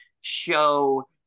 show